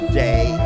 day